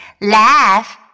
laugh